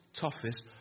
toughest